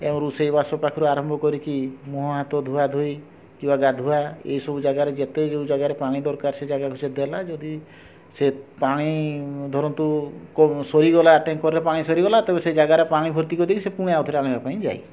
ଏ ରୋଷେଇ ବାସ ପାଖରୁ ଆରମ୍ଭ କରି କି ମୁହଁ ହାତ ଧୁଆ ଧୁଇ କିବା ଗାଧୁଆ ଏ ସବୁ ଯାଗାରେ ଯେତେ ଯେଉଁ ଯାଗାରେ ପାଣି ଦରକାର ସେ ଯାଗାକୁ ଦେଲା ଯଦି ସେ ପାଣି ଧରନ୍ତୁ ସରିଗଲା ଟ୍ୟାଙ୍କରର ପାଣି ସରିଗଲା ତେବେ ସେ ଯାଗାରେ ପାଣି ଭର୍ତ୍ତି କରି ଦେଇକି ସେ ପୁଣି ଆଉ ଥରେ ଆଣିବା ପାଇଁ ଯାଏ